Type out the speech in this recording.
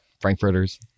Frankfurters